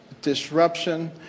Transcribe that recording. disruption